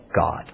God